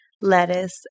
lettuce